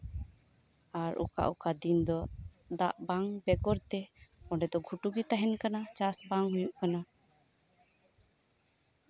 ᱟᱨ ᱚᱠᱟ ᱚᱠᱟ ᱫᱤᱱ ᱫᱚ ᱫᱟᱜ ᱵᱟᱝ ᱵᱮᱜᱚᱨ ᱛᱮ ᱚᱸᱰᱮ ᱨᱮᱫᱚ ᱜᱷᱩᱴᱩ ᱜᱮ ᱛᱟᱦᱮᱸᱱ ᱠᱟᱱᱟ ᱪᱟᱥ ᱵᱟᱝ ᱦᱩᱭᱩᱜ ᱠᱟᱱᱟ